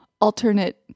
alternate